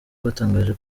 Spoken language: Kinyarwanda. batangaje